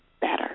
better